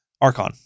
Archon